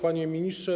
Panie Ministrze!